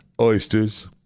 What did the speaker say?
Oysters